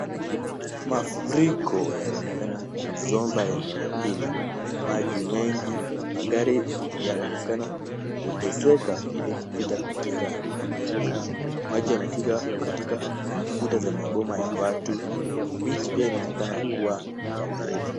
Mafuriko yanaonekana kuzomba eneo hili. Magari yanaonekana kuteseka ili kupita katika eneo hili . Maji yamefika katika kuta za maboma ya watu. Miti pia yaonekana kuwa ya green .